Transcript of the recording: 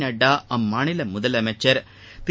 நட்டா அம்மாநில முதலமைச்சர் திரு